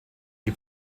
die